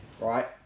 right